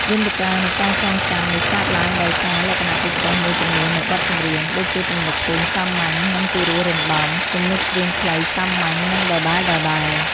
យន្តការនៃការចងចាំនេះកើតឡើងដោយសារលក្ខណៈពិសេសមួយចំនួននៃបទចម្រៀង ដូចជាទំនុកភ្លេងសាមញ្ញ និងពិរោះរណ្ដំ ទំនុកច្រៀងខ្លី សាមញ្ញ និងដដែលៗ។